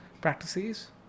practices